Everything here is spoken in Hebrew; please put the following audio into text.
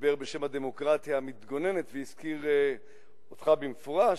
דיבר בשם הדמוקרטיה המתגוננת והזכיר אותך במפורש,